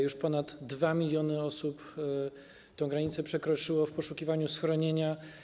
Już ponad 2 mln osób tę granicę przekroczyło w poszukiwaniu schronienia.